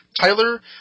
tyler